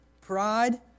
pride